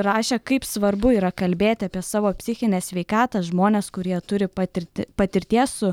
rašė kaip svarbu yra kalbėti apie savo psichinę sveikatą žmonės kurie turi patirti patirties su